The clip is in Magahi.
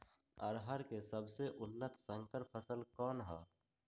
अरहर के सबसे उन्नत संकर फसल कौन हव?